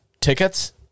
tickets